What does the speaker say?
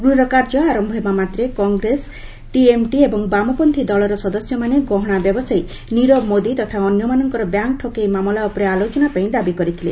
ଗୃହର କାର୍ଯ୍ୟ ଆରମ୍ଭ ହେବାମାତ୍ରେ କଂଗ୍ରେସ ଟିଏମ୍ସି ଏବଂ ବାମପର୍ନୀ ଦଳର ସଦସ୍ୟମାନେ ଗହଶା ବ୍ୟବସାୟୀ ନିରବ ମୋଦି ତଥା ଅନ୍ୟମାନଙ୍କର ବ୍ୟାଙ୍କ୍ ଠକେଇ ମାମଲା ଉପରେ ଆଲୋଚନାପାଇଁ ଦାବି କରିଥିଲେ